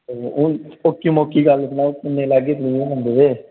हून ओक्की मोक्की गल्ल सनाओ किन्ने लैगे त्रीह् बंदे दे